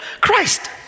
Christ